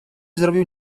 zrobił